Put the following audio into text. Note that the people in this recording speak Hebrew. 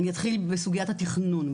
אני אתחיל בסוגיית התכנון.